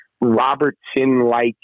Robertson-like